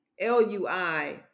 LUI